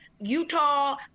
Utah